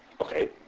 Okay